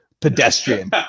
pedestrian